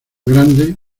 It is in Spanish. grande